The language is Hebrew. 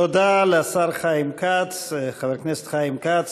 תודה לחבר הכנסת חיים כץ,